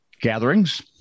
gatherings